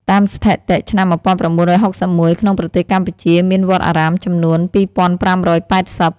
តាមស្ថិតិឆ្នាំ១៩៦១ ក្នុងប្រទេសកម្ពុជា មានវត្តអារាមចំនួន២៥៨០ ។